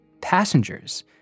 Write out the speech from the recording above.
passengers